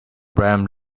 ramp